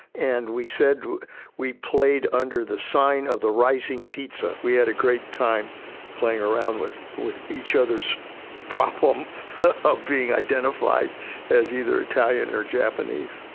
and we said we played under the sign of the rising pizza, we had a great time playing around with with each other's problem of being identified as either italian or japanese.